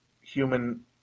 human